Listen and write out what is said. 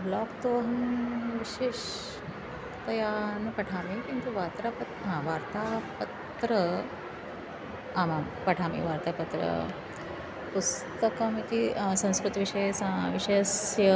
blog तु अहं विशेषतया न पठामि किन्तु वार्ता प वार्तापत्रम् आमां पठामि वार्तापत्रम् पुस्तकमिति संस्कृतिविषये सः विषयस्य